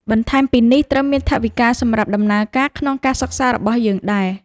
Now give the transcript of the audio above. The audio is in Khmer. បន្ថែមពីនេះត្រូវមានថវិកាសម្រាប់ដំណើរការក្នុងការសិក្សារបស់យើងដែរ។